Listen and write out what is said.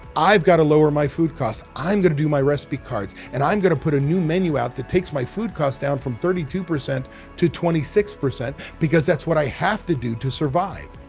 i've got to lower my food costs. i'm going to do my recipe cards and i'm going to put a new menu out that takes my food costs down from thirty two percent to twenty six percent, because that's what i have to do to survive.